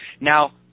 Now